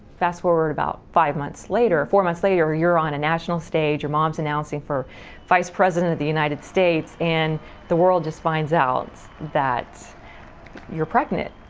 fast-forward about five months later, four months later you're on a national stage, your mom's announcing for vice president of the united states. and the world just finds out that you're pregnant.